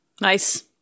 Nice